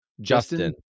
Justin